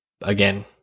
Again